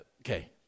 Okay